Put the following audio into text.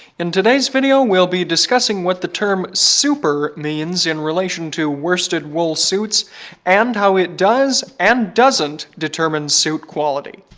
in today's video, we'll be discussing what the term super means in relation to worsted wool suits and how it does and doesn't determine suit quality.